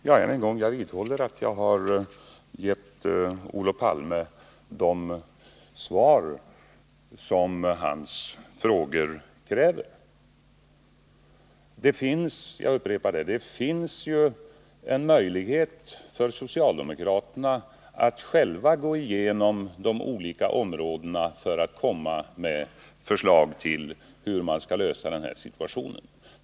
Herr talman! Jag vidhåller att jag har gett Olof Palme de svar som hans frågor kräver. Jag upprepar att det finns möjligheter för socialdemokraterna att själva gå igenom dessa olika områden och komma med ett förslag om hur åtgärder skall sättas in.